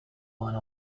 one